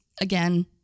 again